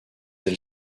elle